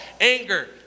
Anger